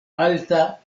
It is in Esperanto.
alta